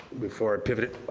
before i pivot